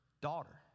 daughter